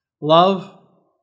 Love